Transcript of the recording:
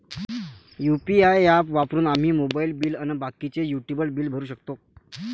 UPI app वापरून आम्ही mobile bill अन बाकीचे युटिलिटी बिल भरू शकतो